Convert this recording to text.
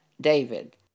David